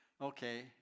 Okay